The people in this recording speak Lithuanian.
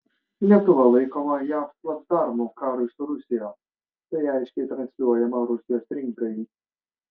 lietuva laikoma jav placdarmu karui su rusija tai aiškiai transliuojama rusijos rinkai